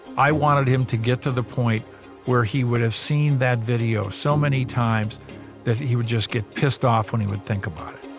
i wanted him to get to the point where he would have seen that video so many times that he would just get pissed off when he would think about it,